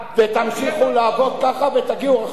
תמשיכו לעבוד ככה ותגיעו רחוק.